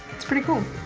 it's pretty cool.